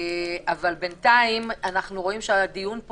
אבל בינתיים אנחנו רואים שהדיון פה